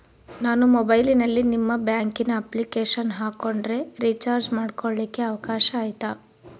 ನಾನು ಮೊಬೈಲಿನಲ್ಲಿ ನಿಮ್ಮ ಬ್ಯಾಂಕಿನ ಅಪ್ಲಿಕೇಶನ್ ಹಾಕೊಂಡ್ರೆ ರೇಚಾರ್ಜ್ ಮಾಡ್ಕೊಳಿಕ್ಕೇ ಅವಕಾಶ ಐತಾ?